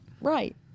Right